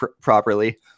properly